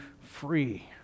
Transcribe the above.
free